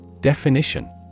Definition